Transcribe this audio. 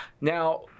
Now